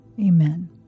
Amen